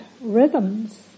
rhythms